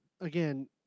again—